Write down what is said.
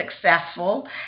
successful